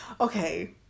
Okay